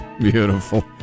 Beautiful